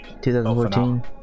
2014